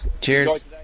Cheers